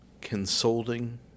consulting